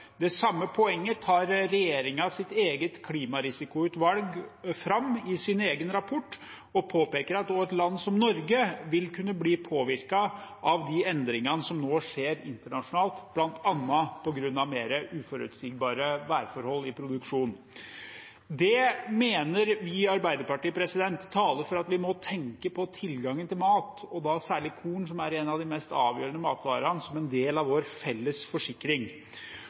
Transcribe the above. Det samme poenget tar regjeringens eget klimarisikoutvalg fram i sin egen rapport og påpeker at også et land som Norge vil kunne bli påvirket av de endringene som nå skjer internasjonalt, bl.a. på grunn av mer uforutsigbare værforhold i produksjonen. Det mener vi i Arbeiderpartiet taler for at vi må tenke på tilgangen på mat, og da særlig korn, som er en av de mest avgjørende matvarene, som en del av vår felles forsikring.